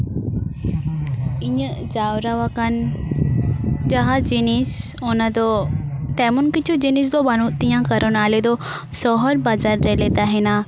ᱤᱧᱟᱹᱜ ᱡᱟᱣᱨᱟᱣᱟᱠᱟᱱ ᱡᱟᱦᱟᱸ ᱡᱤᱱᱤᱥ ᱚᱱᱟ ᱫᱚ ᱛᱮᱢᱚᱱ ᱠᱤᱪᱷᱩ ᱡᱤᱱᱤᱥ ᱫᱚ ᱵᱟᱹᱱᱩᱜ ᱛᱤᱧᱟᱹ ᱠᱟᱨᱚᱱ ᱫᱚ ᱥᱚᱦᱚᱨ ᱵᱟᱡᱟᱨ ᱨᱮᱞᱮ ᱛᱟᱦᱮᱱᱟ